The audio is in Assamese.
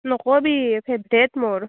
নক'বি ফেভৰেট মোৰ